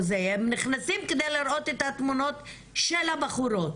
הם נכנסים כדי לראות את התמונות של הבחורות.